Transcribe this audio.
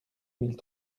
mille